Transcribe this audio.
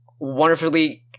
wonderfully